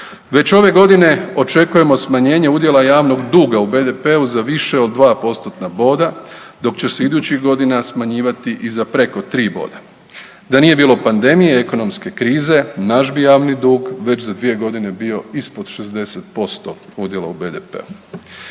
Već ove godine očekujemo smanjenje udjela javnog duga u BDP-u za više od 2 postotna boda, dok će se idućih godina smanjivati i za preko 3 boda. Da nije bilo pandemije, ekonomske krize, naš bi javni dug već za 2 godine bio ispod 60% udjela u BDP-u.